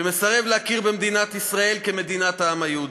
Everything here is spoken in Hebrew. שמסרב להכיר במדינת ישראל כמדינת העם היהודי.